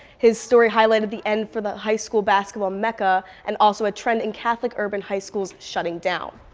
his story highlighted the end for the high school basketball mecca, and also a trend in catholic urban high schools shutting down.